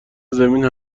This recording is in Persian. زمین